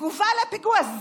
כתגובה לפיגוע.